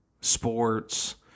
sports